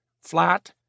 flat